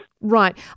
Right